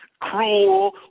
cruel